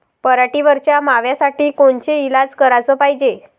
पराटीवरच्या माव्यासाठी कोनचे इलाज कराच पायजे?